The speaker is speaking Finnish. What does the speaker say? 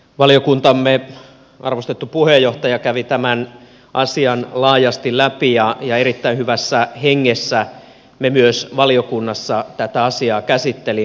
valiokuntamme arvostettu puheenjohtaja kävi tämän asian laajasti läpi ja erittäin hyvässä hengessä me myös valiokunnassa tätä asiaa käsittelimme